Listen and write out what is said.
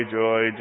joy